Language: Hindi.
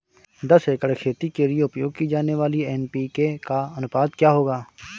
दस एकड़ खेती के लिए उपयोग की जाने वाली एन.पी.के का अनुपात क्या होगा?